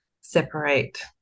separate